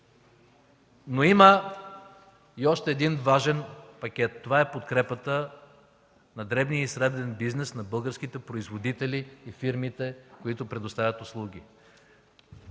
Но има и още един важен пакет, това е подкрепата на дребния и среден бизнес на българските производители и фирмите, които предоставят услуги.